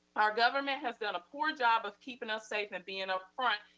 our government has done a poor job of keeping us safe and being upfront.